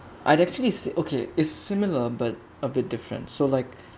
I'd actually is okay is similar but a bit different so like